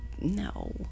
no